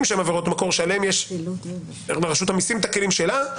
שהן עבירות מקור שעליהן יש ברשות המיסים את הכלים שלה.